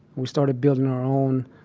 we started building our own,